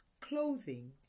clothing